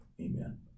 Amen